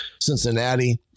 Cincinnati